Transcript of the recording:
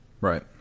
Right